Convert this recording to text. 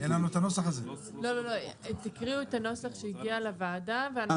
לא, לא, לא, תקריאו את הנוסח שהגיע לוועדה ואז.